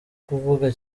kuvuga